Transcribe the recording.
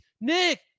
Nick